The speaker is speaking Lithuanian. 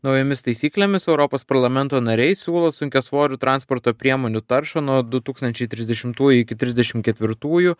naujomis taisyklėmis europos parlamento nariai siūlo sunkiasvorių transporto priemonių taršą nuo du tūkstančiai trisdešimtųjų iki trisdešimt ketvirtųjų